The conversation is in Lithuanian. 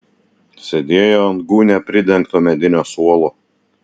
sėdėjo ant gūnia pridengto medinio suolo